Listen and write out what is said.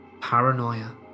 paranoia